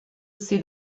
see